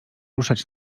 ruszać